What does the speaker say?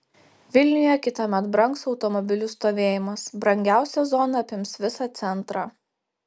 vilniuje kitąmet brangs automobilių stovėjimas brangiausia zona apims visą centrą